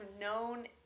known